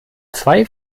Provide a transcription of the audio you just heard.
zwei